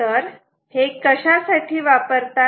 तर हे कशासाठी वापरतात